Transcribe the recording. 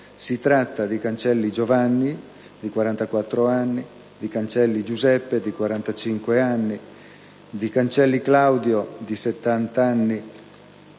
Si tratta di Cancelli Giovanni di anni 44, di Cancelli Giuseppe di anni 45, di Cancelli Claudio di anni